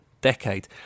decade